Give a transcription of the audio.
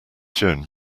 shown